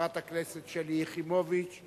חברת הכנסת שלי יחימוביץ,